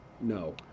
no